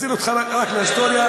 אחזיר אותך רק להיסטוריה.